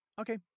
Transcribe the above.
Okay